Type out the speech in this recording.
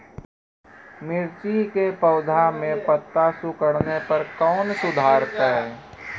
मिर्ची के पौघा मे पत्ता सिकुड़ने पर कैना सुधरतै?